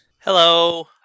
Hello